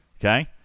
Okay